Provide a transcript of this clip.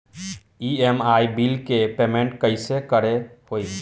EMI bill के payment कइसे करे के होई?